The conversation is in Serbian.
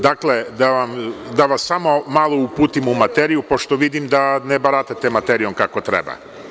Dakle, da vas samo malo uputim u materiju, pošto vidim da ne baratate materijom kako treba.